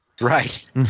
Right